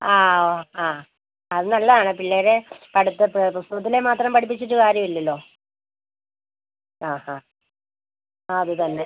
ആവോ ആ അത് നല്ലതാണ് പിള്ളേർ പുസ്തകത്തിലെ മാത്രം പഠിപ്പിച്ചിട്ട് കാര്യം ഇല്ലല്ലോ ആ ഹാ അത് തന്നെ